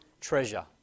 treasure